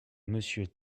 monsieur